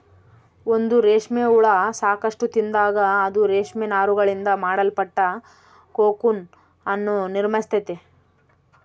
ಒಂದು ರೇಷ್ಮೆ ಹುಳ ಸಾಕಷ್ಟು ತಿಂದಾಗ, ಅದು ರೇಷ್ಮೆ ನಾರುಗಳಿಂದ ಮಾಡಲ್ಪಟ್ಟ ಕೋಕೂನ್ ಅನ್ನು ನಿರ್ಮಿಸ್ತೈತೆ